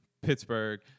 Pittsburgh